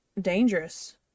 dangerous